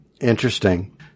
interesting